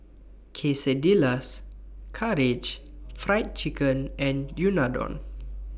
Quesadillas Karaage Fried Chicken and Unadon